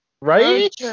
Right